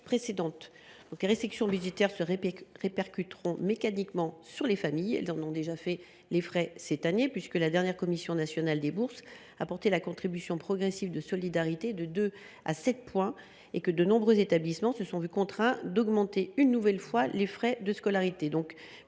Les restrictions budgétaires se répercuteront mécaniquement sur les familles. Elles en ont déjà fait les frais cette année, puisque la dernière commission nationale des bourses a porté la contribution progressive de solidarité (CPS) de 2 % à 7 % et que de nombreux établissements se sont vus contraints d’augmenter une nouvelle fois les frais de scolarité.